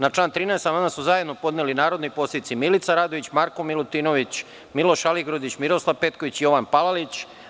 Na član 13. amandman su zajedno podneli narodni poslanici Milica Radović, Marko Milutinović, Miloš Aligrudić, Miroslav Petković i Jovan Palalić.